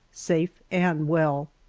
safe and well.